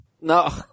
No